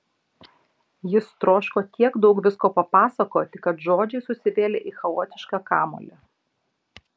jis troško tiek daug visko papasakoti kad žodžiai susivėlė į chaotišką kamuolį